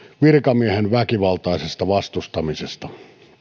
virkamiehen väkivaltaisesta vastustamisesta